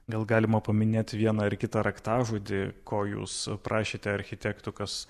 gal galima paminėt vieną ar kitą raktažodį ko jūs prašėte architektų kas